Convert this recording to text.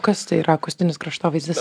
kas tai yra akustinis kraštovaizdis